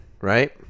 right